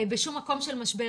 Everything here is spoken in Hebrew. בשום מקום של משבר.